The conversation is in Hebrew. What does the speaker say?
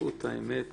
השותפות והאמת